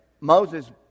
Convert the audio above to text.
Moses